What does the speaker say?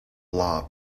law